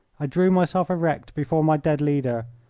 i drew myself erect before my dead leader,